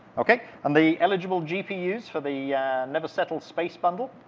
okay. and the eligible gpu's for the never settle space bundle?